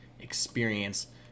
experience